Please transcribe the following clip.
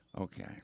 Okay